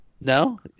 No